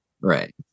Right